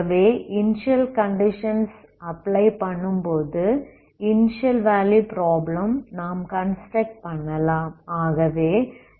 ஆகவே initial conditions apply பண்ணும்போது initial value problem நாம் கன்ஸ்ட்ரக்ட் பண்ணலாம்